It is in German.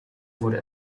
wurde